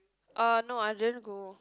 uh no I didn't go